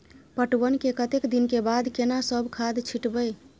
पटवन के कतेक दिन के बाद केना सब खाद छिटबै?